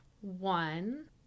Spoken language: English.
One